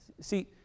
See